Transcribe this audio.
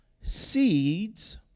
seeds